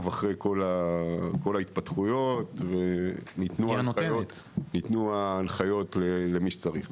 אחרי כל ההתפתחויות ויתנו הנחיות למי שצריך.